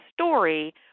story